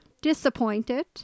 disappointed